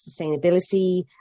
sustainability